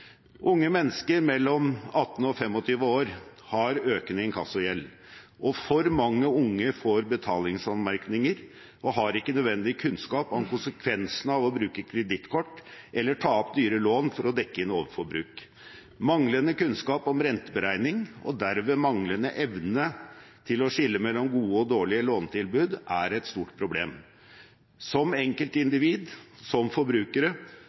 Unge mennesker mellom 18 og 25 år har økende inkassogjeld, og for mange unge får betalingsanmerkninger og har ikke nødvendig kunnskap om konsekvensene av å bruke kredittkort eller ta opp dyre lån for å dekke inn overforbruk. Manglende kunnskap om renteberegning, og derved manglende evne til å skille mellom gode og dårlige lånetilbud, er et stort problem. Som enkeltindivid, som forbrukere,